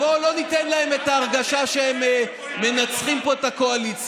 בואו לא ניתן להם את ההרגשה שהם מנצחים פה את הקואליציה.